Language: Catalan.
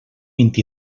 vint